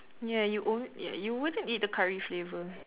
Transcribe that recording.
ya you on~ y~ you wouldn't eat the curry flavour